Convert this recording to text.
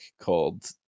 called